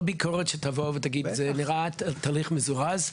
כל ביקורת שתבוא ותגיד: זה נראה תהליך מזורז,